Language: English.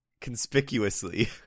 conspicuously